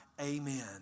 Amen